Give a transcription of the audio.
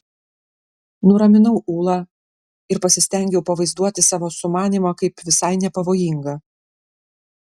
nuraminau ulą ir pasistengiau pavaizduoti savo sumanymą kaip visai nepavojingą